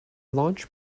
launch